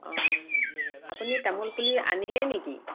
অ আপুনি তামোল পুলি আনিলে নেকি